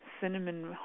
cinnamon